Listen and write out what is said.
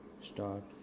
start